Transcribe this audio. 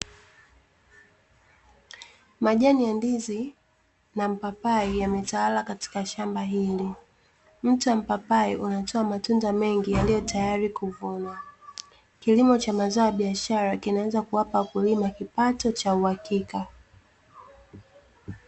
Majani ya ndizi na mpapai yametawala katika shamba hili, mti wa mpapai unatoa matunda mengi yaliyo tayari kuvunwa. Kilimo cha mazao ya biashara kinaweza kuwapa wakulima kipato cha uhakika.